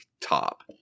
top